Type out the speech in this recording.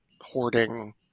hoarding